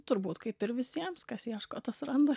turbūt kaip ir visiems kas ieško tas randa